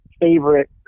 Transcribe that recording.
favorite